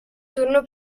turno